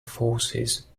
forces